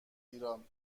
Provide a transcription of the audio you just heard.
ایران